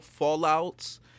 fallouts